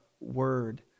word